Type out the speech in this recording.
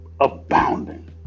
abounding